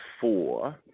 four